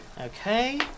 Okay